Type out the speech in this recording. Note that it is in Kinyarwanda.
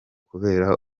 kubera